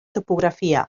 topografia